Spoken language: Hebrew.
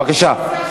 בבקשה.